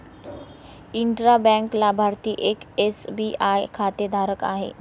intra bank लाभार्थी एक SBI खातेधारक आहे